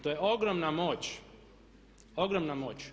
To je ogromna moć, ogromna moć.